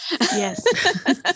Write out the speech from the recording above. Yes